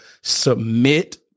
submit